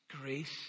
grace